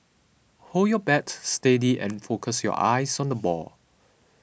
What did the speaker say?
hold your bat steady and focus your eyes on the ball